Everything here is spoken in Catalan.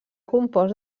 compost